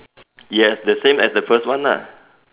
yes the same as the first one lah